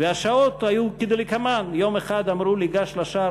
והשעות היו כדלקמן: רגע אחד אמרו לי: גש לשער,